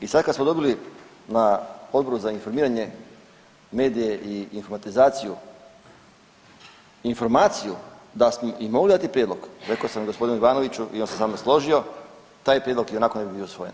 I sad kad smo dobili na Odboru za informiranje, medije i informatizaciju informaciju da smo i mogli dati prijedlog, rekao sam gospodinu Ivanoviću i on se sa mnom složio taj prijedlog ionako ne bi bio usvojen.